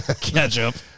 Ketchup